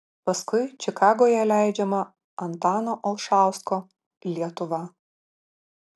paskui čikagoje leidžiama antano olšausko lietuva